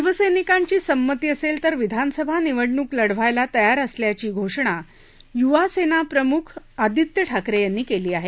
शिवसर्तिकांची संमती असेल तर विधानसभा निवडणूक लढवायला तयार असल्याची घोषणा युवासेना प्रमुख आदित्य ठाकरे यांनी केली आहे